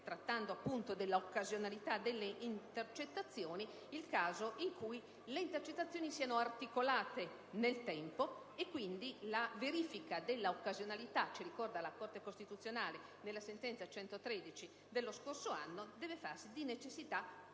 trattando dell'occasionalità delle intercettazioni, il caso in cui le intercettazioni siano articolate nel tempo, e quindi la verifica della loro occasionalità - ci ricorda la Corte costituzionale nella sentenza n. 113 dello scorso anno - «deve farsi, di necessità,